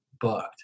booked